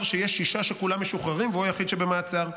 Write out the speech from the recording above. שיש שישה שכולם משוחררים והוא היחיד שבמעצר.